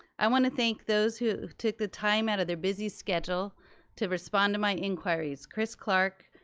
i wanna thank those who took the time out of their busy schedule to respond to my inquiries, chris clark,